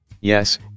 Yes